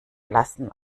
lassen